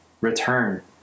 return